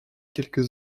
quelques